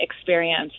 experience